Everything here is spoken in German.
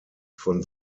von